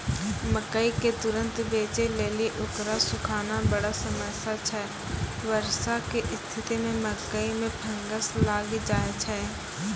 मकई के तुरन्त बेचे लेली उकरा सुखाना बड़ा समस्या छैय वर्षा के स्तिथि मे मकई मे फंगस लागि जाय छैय?